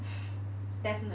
definitely